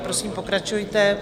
Prosím, pokračujte.